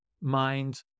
mind